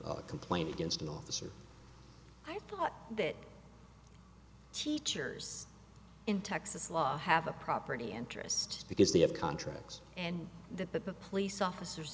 a complaint against an officer that teachers in texas law have a property interest because they have contracts and the police officers